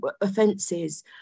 offences